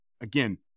again